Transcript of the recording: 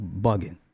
bugging